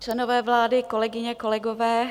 Členové vlády, kolegyně, kolegové.